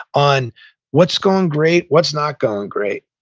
on what's going great, what's not going great.